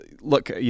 look